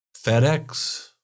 FedEx